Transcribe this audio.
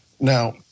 Now